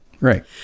Right